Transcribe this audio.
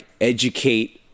educate